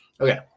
Okay